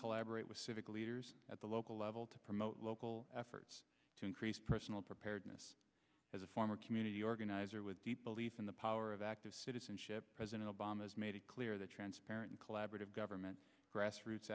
collaborate with civic leaders at the local level to promote local efforts to increase personal preparedness as a former community organizer with deep belief in the power of active citizenship president obama's made it clear that transparent collaborative government grassroots